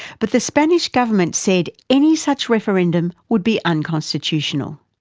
but the spanish government said any such referendum would be unconstitutional.